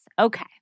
Okay